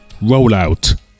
Rollout